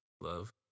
Love